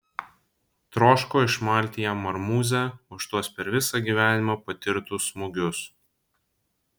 troško išmalti jam marmūzę už tuos per visą gyvenimą patirtus smūgius